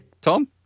Tom